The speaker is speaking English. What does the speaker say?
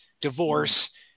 divorce